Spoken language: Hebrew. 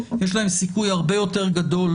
יש להם סיכוי הרבה יותר גדול